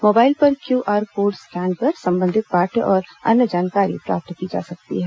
mobile पर QR code scan कर संबंधित पाठ और अन्य जानकारी प्राप्त की जा सकती है